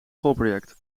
schoolproject